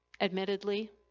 Admittedly